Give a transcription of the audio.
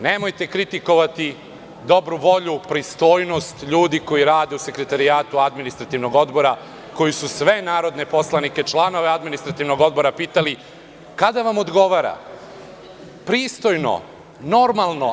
Nemojte kritikovati dobru volju, pristojnost ljudi koji rade u sekretarijatu Administrativnog odbora, koji su sve narodne poslanike članove Administrativnog odbora pitali – kada vam odgovara, pristojno, normalno.